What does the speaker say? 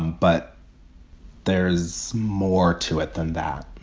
but there's more to it than that